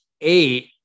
eight